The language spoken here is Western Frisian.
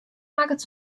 makket